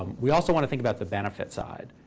we also want to think about the benefit side.